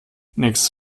nächstes